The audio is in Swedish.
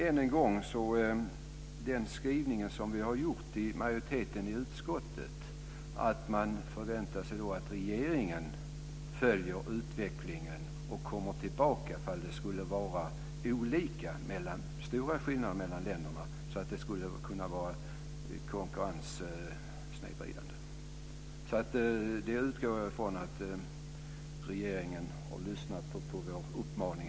Än en gång: Enligt utskottsmajoritetens skrivning förväntar man sig att regeringen följer utvecklingen och kommer tillbaka ifall det skulle bli stora och konkurrenssnedvridande skillnader mellan länderna. Jag utgår från att regeringen följer vår uppmaning.